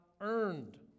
earned